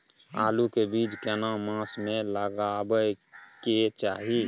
आलू के बीज केना मास में लगाबै के चाही?